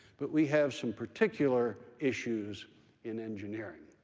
but we have some particular issues in engineering.